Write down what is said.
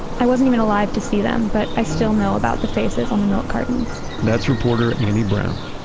i wasn't even alive to see them, but i still know about the faces on the milk cartons. that's reporter annie brown.